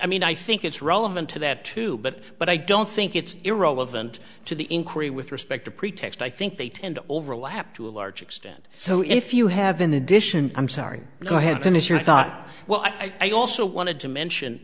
mean i think it's relevant to that too but but i don't think it's and to the inquiry with respect to pretext i think they tend to overlap to a large extent so if you have an edition i'm sorry go ahead finish your thought well i also wanted to mention